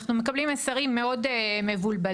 אנחנו מקבלים מסרים מאוד מבלבלים.